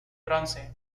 bronce